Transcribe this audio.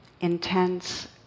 intense